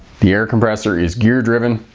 the air compressor is gear-driven,